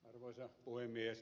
arvoisa puhemies